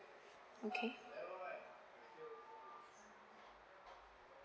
okay